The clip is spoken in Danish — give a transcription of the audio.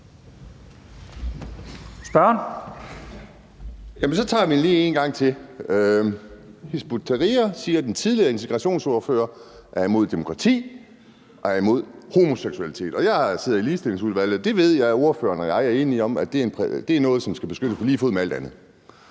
vi den lige en gang til. Hizb ut-Tahrir, siger den tidligere integrationsordfører, er imod demokrati og er imod homoseksualitet. Jeg sidder i Ligestillingsudvalget, og det ved jeg ordføreren og jeg er enige om er noget, som skal beskyttes på lige fod med alt andet.